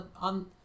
on